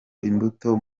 imbuto